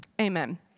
amen